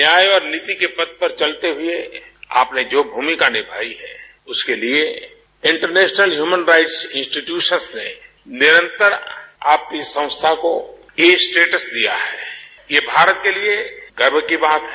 न्याय और नीति पथ पर चलते हुए आपने जो भूमिका निभाई है उसके लिए इंटरनेशनल ह्यूमन राइट्स इंस्टीट्यूट ने निरंतर आपकी संस्था को ए स्टेटस दिया है यह भारत के लिए गर्व की बात है